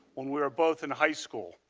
when we were both in high school.